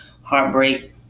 heartbreak